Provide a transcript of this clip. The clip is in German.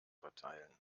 verteilen